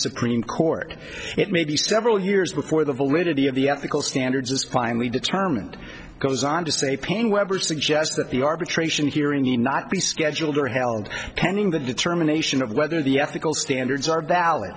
supreme court it may be several years before the validity of the ethical standards is finally determined goes on to say paine webber suggests that the arbitration hearing the not be scheduled or held pending the determination of whether the ethical standards are valid